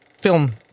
film